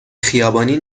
خیابانی